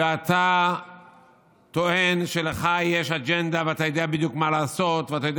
ואתה טוען שלך יש אג'נדה ואתה יודע בדיוק מה לעשות ואתה יודע